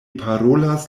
parolas